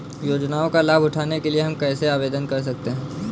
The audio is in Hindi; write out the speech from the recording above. योजनाओं का लाभ उठाने के लिए हम कैसे आवेदन कर सकते हैं?